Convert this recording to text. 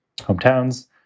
hometowns